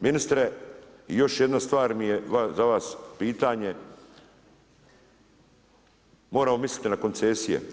Ministre, još jedna stvar mi je za vas pitanje, moramo misliti na koncesije.